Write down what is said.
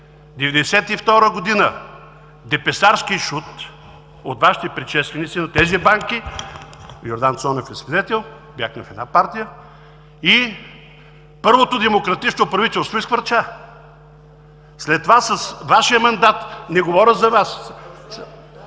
1992 г. депесарски шут от Вашите предшественици от тези банки, Йордан Цонев е свидетел, бяхме в една партия, и първото демократично правителство изхвърча! След това с Вашия мандат, не говоря за Вас,